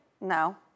no